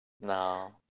No